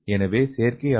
எனவே செயற்கை ஆர்